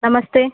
नमस्ते